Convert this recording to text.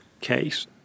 case